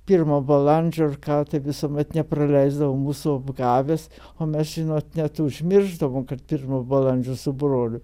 pirmo balandžio ar ką tai visuomet nepraleisdavo mūsų agavęs o mes žinot net užmiršdavom kad pirmo balandžio su broliu